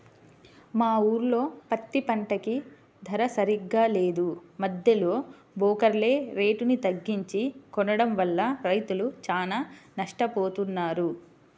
మా ఊర్లో పత్తి పంటకి ధర సరిగ్గా లేదు, మద్దెలో బోకర్లే రేటుని తగ్గించి కొనడం వల్ల రైతులు చానా నట్టపోతన్నారు